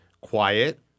quiet